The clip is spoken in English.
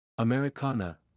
Americana